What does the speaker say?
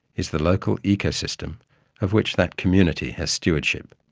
is the local ecosystem of which that community has stewardship.